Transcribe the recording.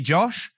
Josh